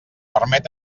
permet